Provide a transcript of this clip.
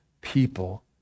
people